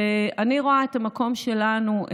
ואני רואה את המקום שלנו,